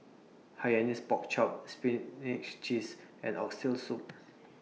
Hainanese Pork Chop Spinach Cheese and Oxtail Soup